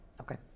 Okay